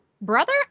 brother